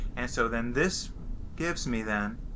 and so then, this gives me then